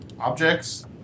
objects